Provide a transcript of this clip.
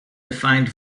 defined